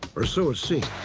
or so it seemed,